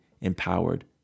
empowered